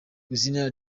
kw’izina